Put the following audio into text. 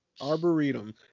Arboretum